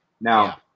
Now